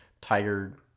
tiger